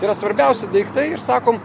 yra svarbiausi daiktai ir sakom